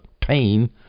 pain